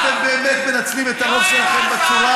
אתם באמת מנצלים את הרוב שלכם בצורה